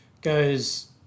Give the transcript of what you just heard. goes